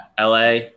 LA